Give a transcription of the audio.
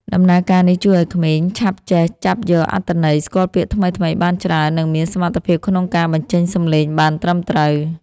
ដំណើរការនេះជួយឱ្យក្មេងឆាប់ចេះចាប់យកអត្ថន័យ ស្គាល់ពាក្យថ្មីៗបានច្រើន និងមានសមត្ថភាពក្នុងការបញ្ចេញសំឡេងបានត្រឹមត្រូវ